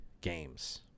games